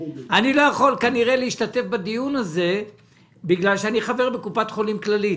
יכול כנראה להשתתף בדיון הזה בגלל שאני חבר בקופת חולים כללית